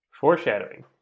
Foreshadowing